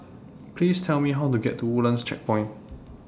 Please Tell Me How to get to Woodlands Checkpoint